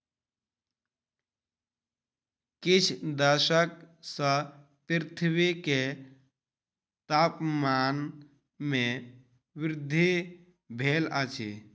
किछ दशक सॅ पृथ्वी के तापमान में वृद्धि भेल अछि